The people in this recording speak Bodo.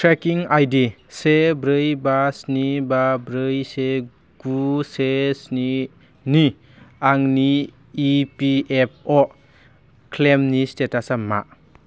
ट्रेकिं आइडि से ब्रै बा स्नि बा ब्रै से गु से स्निनि आंनि इपिएफअ' क्लेइमनि स्टेटासा मा